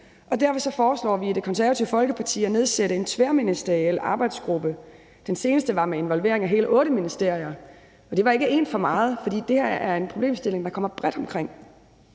Derfor foreslår vi i Det Konservative Folkeparti at nedsætte en tværministeriel arbejdsgruppe. Den seneste var med involvering af hele otte ministerier, og det var ikke ét for meget, for det her er en problemstilling, der kommer bredt omkring.